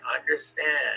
understand